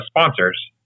sponsors